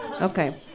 Okay